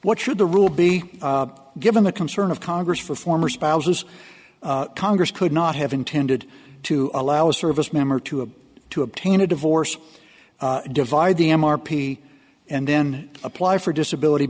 what should the rule be given the concern of congress for former spouses congress could not have intended to allow a service member to a to obtain a divorce divide the m r p and then apply for disability